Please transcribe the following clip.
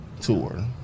Tour